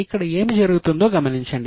ఇక్కడ ఏమి జరుగుతుందో గమనించండి